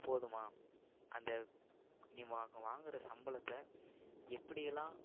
போதுமா அந்த நீ வா வாங்கிற சம்பளத்தை எப்படியெல்லாம்